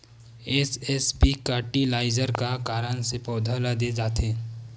SSP fertiliser का कारण से पौधा ल दे जाथे?